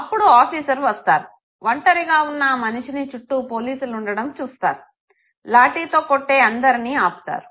అప్పుడు ఆఫీసర్ వస్తారు వంటరిగా ఉన్న ఆ మనిషిని చుట్టూ పోలీసులు ఉండడం చూస్తారు లాఠీ తో కొట్టే అందరినీ ఆపుతాడు